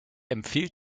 empfiehlt